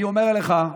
אני אומר לך,